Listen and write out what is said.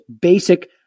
basic